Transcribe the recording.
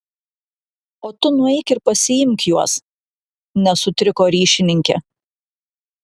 o tu nueik ir pasiimk juos nesutriko ryšininkė